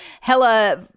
hella